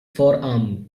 forearmed